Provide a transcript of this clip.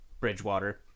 Bridgewater